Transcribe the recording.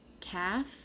Calf